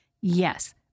Yes